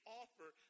offer